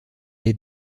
les